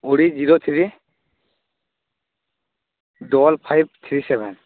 od zero three double five three seven